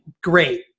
great